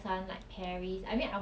but ya I didn't get to go